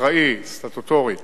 והאחראי סטטוטורית